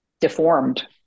deformed